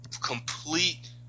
complete